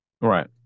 right